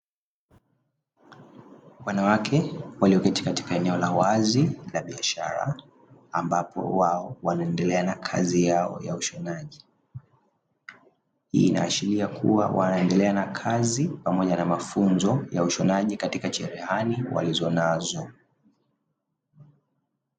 Wanawake walioketi katika eneo la wazi la biashara, ambapo wao wanaendelea na kazi ya ushonaji, hii inaashiria kua wanaendelea na kazi pamoja na mafunzo ya ushoji katika cherehani walizo nazo.